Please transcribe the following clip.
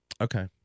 Okay